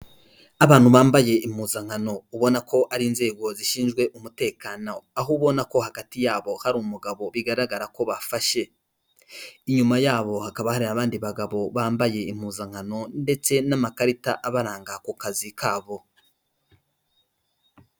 Abantu bambaye impuzankano ubona ko ari inzego zishinzwe umutekano, aho ubona ko hagati yabo hari umugabo bigaragara ko bafashe, inyuma yabo hakaba hari abandi bagabo bambaye impuzankano ndetse n'amakarita abaranga ku kazi kabo.